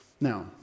Now